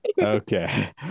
Okay